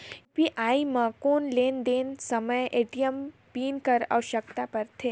UPI म कौन लेन देन समय ए.टी.एम पिन कर आवश्यकता पड़थे?